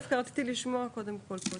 דווקא ארצה לשמוע קודם כול.